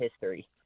history